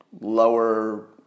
lower